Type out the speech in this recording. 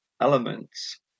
elements